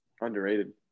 underrated